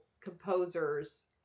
composers